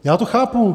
Já to chápu.